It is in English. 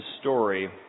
story